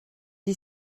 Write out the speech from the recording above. est